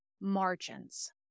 margins